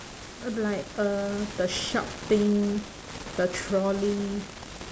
no be like uh the sharp thing the trolley